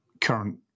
current